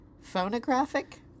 phonographic